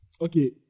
okay